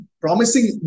promising